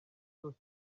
zose